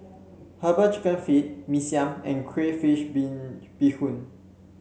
herbal chicken feet Mee Siam and crayfish been beehoon